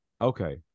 Okay